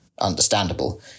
understandable